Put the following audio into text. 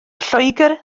lloegr